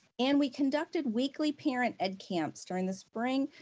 and we conducted weekly parent edcamps during the spring,